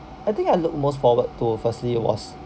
I think I look most forward to firstly it was